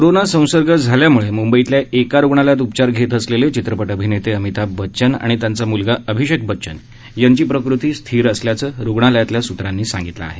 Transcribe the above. corona संसर्ग झाल्याम्ळे म्ंबईतल्या एका रुग्णालयात उपचार घेत असलेले चित्रपट अभिनेते अमिताभ बच्चन आणि त्यांचा मुलगा अभिषेक बच्चन यांची प्रकृती स्थिर असल्याचं रुग्णालयातल्या सूत्रांनी सांगितलं आहे